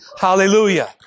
Hallelujah